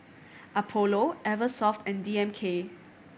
Apollo Eversoft and D M K